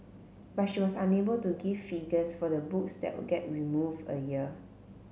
but she was unable to give figures for the books that get removed a year